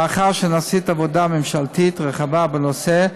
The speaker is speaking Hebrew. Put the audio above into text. מאחר שנעשית עבודה ממשלתית רחבה בנושא,